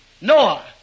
Noah